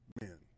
men